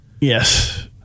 Yes